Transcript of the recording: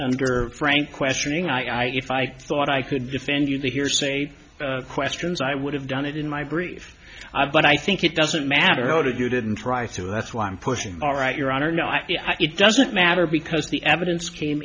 under frank questioning i if i thought i could defend you the hearsay questions i would have done it in my brief i but i think it doesn't matter how to you didn't try to that's why i'm pushing all right your honor no it doesn't matter because the evidence came